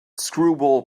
screwball